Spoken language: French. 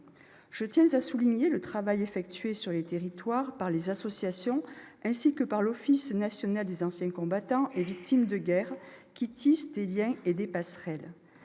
Je tiens à souligner le travail effectué sur les territoires par les associations, ainsi que par l'Office national des anciens combattants et victimes de guerre, qui tisse des liens et des passerelles.